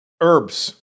herbs